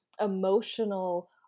emotional